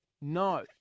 No